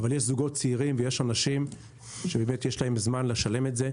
אבל יש זוגות צעירים ויש אנשים שבאמת יש להם זמן לשלם את זה.